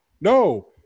No